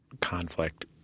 conflict